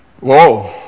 Whoa